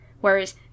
Whereas